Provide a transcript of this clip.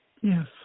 Yes